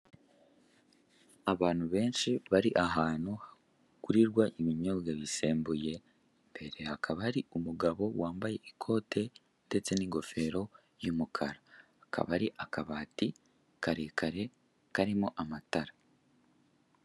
Abantu benshi bari ahantu hakorerwa ibinyobwa bisembuye. Imbere hakaba hari umugabo wambaye ikote ndetse n'ingofero y'umukara. Akaba ari akabati karekare karimo amatara.